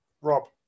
Rob